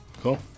cool